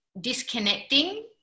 disconnecting